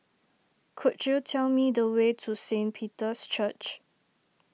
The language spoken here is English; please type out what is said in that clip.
could you tell me the way to Saint Peter's Church